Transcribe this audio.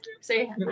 Say